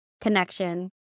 connection